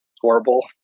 horrible